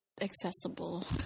accessible